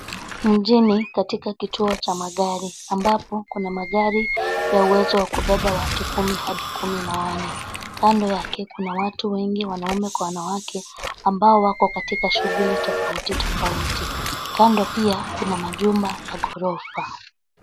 Mjini katika kituo cha magari ambapo kuna magari ya uwezo wa kubeba watu kumi hadi kumi na wanne. Kando yake kuna watu wengi wanaume kwa wanawake ambao wako katika shughuli tofauti tofauti. Kando pia kuna majumba ya ghorofa.